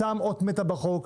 סתם אות מתה בחוק,